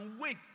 wait